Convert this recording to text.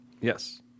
Yes